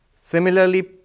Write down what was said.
Similarly